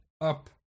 up